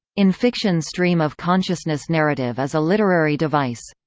in fiction stream-of-consciousness narrative is a literary device.